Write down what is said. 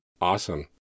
Awesome